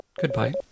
Goodbye